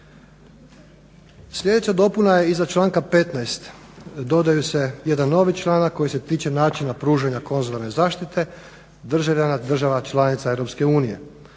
Sljedeća dopuna je iza članka 15.dodaje se jedan novi članak koji se tiče načina pružanja konzularne zaštite državljana država članica EU.